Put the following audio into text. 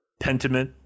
Pentiment